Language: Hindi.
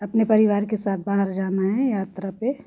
अपने परिवार के साथ बाहर जाना है यात्रा पे